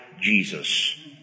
Jesus